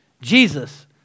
Jesus